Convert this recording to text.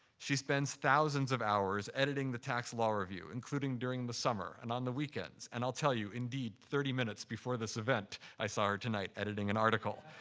she spends thousands of hours editing the tax law review, including during the summer and on the weekends. and i'll tell you, indeed, thirty minutes before this event, i saw her tonight editing an article.